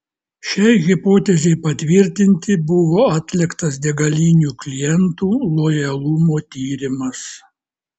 šiai hipotezei patvirtinti buvo atliktas degalinių klientų lojalumo tyrimas